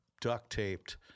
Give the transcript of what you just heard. duct-taped